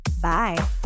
Bye